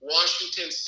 Washington